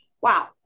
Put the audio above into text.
wow